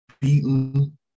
beaten